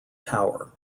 tower